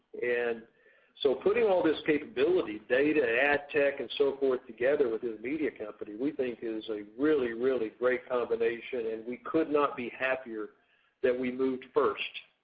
and so putting all this capability data, adtech and so forth together within the media company, we think is a really, really great combination and we could not be happier that we moved first.